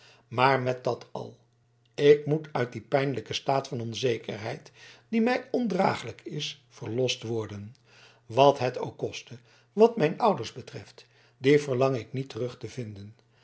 maar met dat al ik moet uit dien pijnlijken staat van onzekerheid die mij ondraaglijk is verlost worden wat het ook koste wat mijn ouders betreft die verlang ik niet terug te vinden